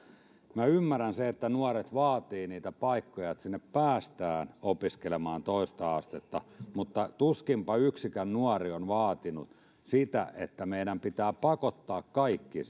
minä ymmärrän sen että nuoret vaativat niitä paikkoja että sinne päästään opiskelemaan toista astetta mutta tuskinpa yksikään nuori on vaatinut sitä että meidän pitää pakottaa kaikki